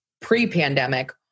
pre-pandemic